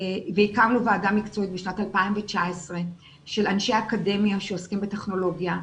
והקמנו ועדה מקצועית בשנת 2019 של אנשי אקדמיה שעוסקים בטכנולוגיה,